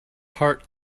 heart